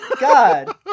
God